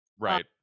Right